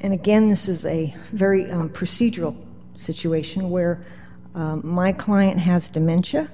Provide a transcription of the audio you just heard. and again this is a very procedural situation where my client has dementia